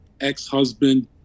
ex-husband